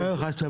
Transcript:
גם הערך הצבור?